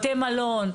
בתי מלון.